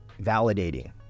validating